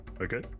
Okay